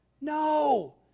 No